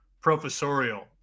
professorial